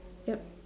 yup